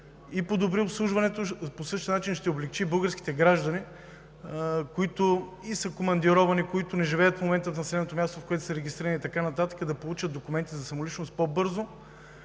ще подобри обслужването, по същия начин ще облекчи и българските граждани, които са и командировани, които не живеят в момента в населеното място, в което са регистрирани, и така нататък, да получат документи за самоличност по-бързо,